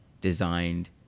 Designed